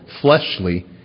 fleshly